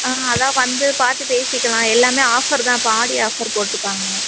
ஆ அதுதான் வந்து பார்த்து பேசிக்கலாம் எல்லாமே ஆஃபர் தான் இப்போ ஆடி ஆஃபர் போட்டிருக்காங்க